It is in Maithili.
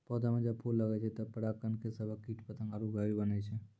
पौधा म जब फूल लगै छै तबे पराग कण के सभक कीट पतंग आरु वायु बनै छै